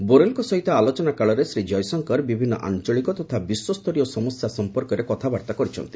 ବୋରେଲଙ୍କ ସହିତ ଆଲୋଚନା କାଳରେ ଶ୍ରୀ ଜୟଶଙ୍କର ବିଭିନ୍ନ ଆଞ୍ଚଳିକ ତଥା ବିଶ୍ୱସ୍ତରୀୟ ସମସ୍ୟା ସମ୍ପର୍କରେ କଥାବାର୍ତ୍ତା କରିଛନ୍ତି